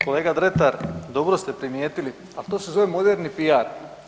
Kolega Dretar, dobro ste primijetili, ali to se zove moderni PR.